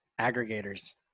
aggregators